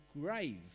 grave